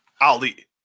Ali